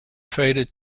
faded